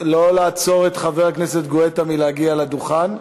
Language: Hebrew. לא לעצור את חבר הכנסת גואטה מלהגיע לדוכן.